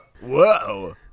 Whoa